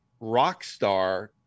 Rockstar